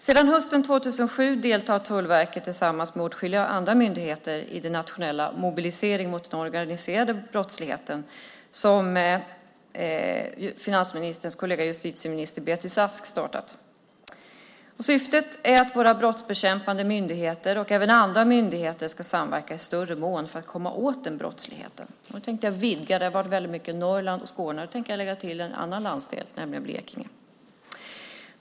Sedan hösten 2007 deltar Tullverket tillsammans med åtskilliga andra myndigheter i den nationella mobiliseringen mot den organiserade brottsligheten som finansministerns kollega justitieminister Beatrice Ask har startat. Syftet är att våra brottsbekämpande myndigheter och även andra myndigheter ska samverka i större utsträckning för att komma åt den brottsligheten. Det har talats väldigt mycket om Norrland och Skåne i debatten. Nu tänker jag vidga debatten och lägga till en annan landsdel, nämligen Blekinge.